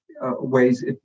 ways